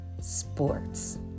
sports